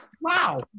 Wow